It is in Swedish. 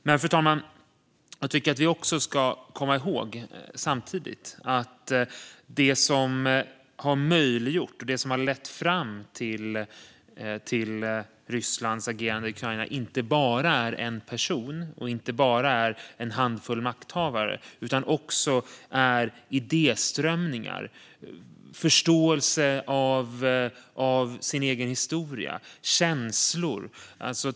Men, fru talman, vi ska samtidigt komma ihåg att det som har möjliggjort och lett fram till Rysslands agerande i Ukraina inte bara är en person och en handfull makthavare utan även idéströmningar, förståelse av den egna historien och känslor.